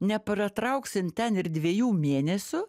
nepratrauks jin ten ir dviejų mėnesių